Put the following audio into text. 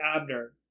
Abner